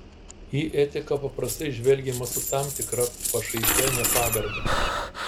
į etiką paprastai žvelgiama su tam tikra pašaipia nepagarba